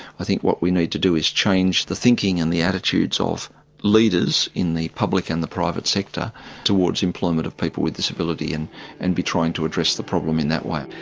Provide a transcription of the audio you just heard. what we need to do is change the thinking and the attitudes of leaders in the public and the private sector towards employment of people with disability and and be trying to address the problem in that way.